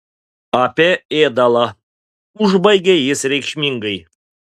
apie ėdalą užbaigė jis reikšmingai